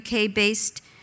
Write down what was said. UK-based